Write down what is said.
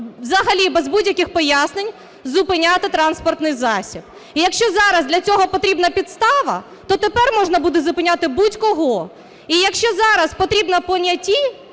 взагалі без будь-яких пояснень зупиняти транспортний засіб. І якщо зараз для цього потрібна підстава, то тепер можна буде зупиняти будь-кого. І якщо зараз потрібні поняті,